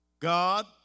God